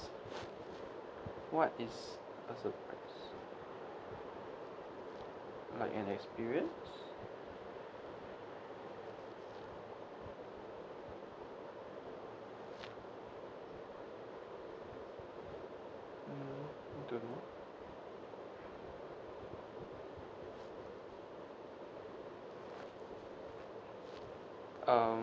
what is a surprise like an experience mm I don't know um